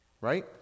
Right